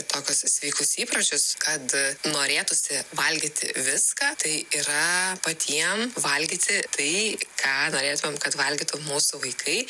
tokius sveikus įpročius kad norėtųsi valgyti viską tai yra patiem valgyti tai ką norėtumėm kad valgytų mūsų vaikai